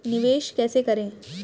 निवेश कैसे करें?